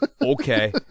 okay